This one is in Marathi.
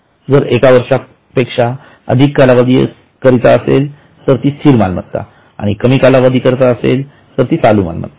जर 1 वर्षापेक्षा अधिक कालावधी असेल तर स्थिर मालमत्ता आणि कमी कालावधी असेल तर चालू मालमत्ता